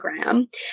Instagram